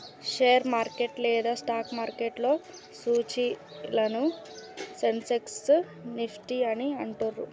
share market లేదా stock మార్కెట్లో సూచీలను సెన్సెక్స్, నిఫ్టీ అని అంటుండ్రు